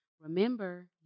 remember